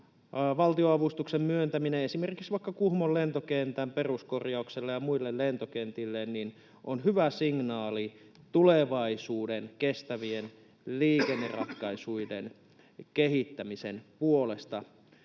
Valtionavustuksen myöntäminen esimerkiksi vaikka Kuhmon lentokentän peruskorjaukselle ja muille lentokentille on hyvä signaali tulevaisuuden kestävien liikenneratkaisuiden kehittämisen puolesta.